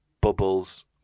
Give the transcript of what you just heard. Bubbles